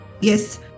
Yes